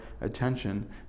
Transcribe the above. attention